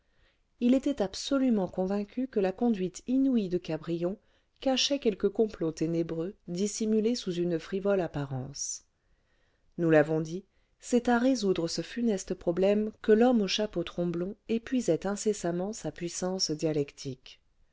il était absolument convaincu que la conduite inouïe de cabrion cachait quelque complot ténébreux dissimulé sous une frivole apparence nous l'avons dit c'est à résoudre ce funeste problème que l'homme au chapeau tromblon épuisait incessamment sa puissance dialectique